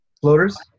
Floaters